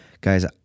Guys